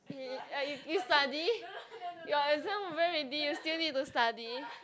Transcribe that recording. eh you study your exam over already you still need to study